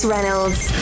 Reynolds